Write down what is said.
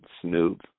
Snoop